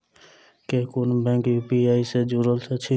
केँ कुन bank UPI सँ जुड़ल अछि?